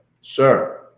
sir